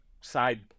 side